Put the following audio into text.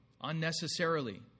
unnecessarily